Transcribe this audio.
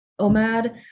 OMAD